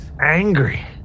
angry